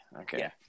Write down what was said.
okay